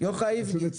הוא מאוד